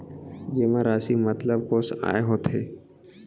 जेमा राशि मतलब कोस आय होथे?